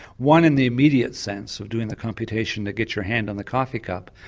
one in the immediate sense of doing the computation to get your hand on the coffee cup,